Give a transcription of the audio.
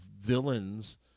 villains